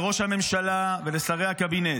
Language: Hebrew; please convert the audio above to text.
לראש הממשלה ולשרי הקבינט,